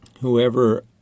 whoever